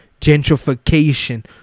gentrification